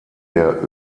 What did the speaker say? der